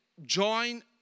Join